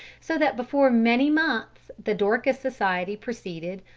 so that before many months the dorcas society proceeded,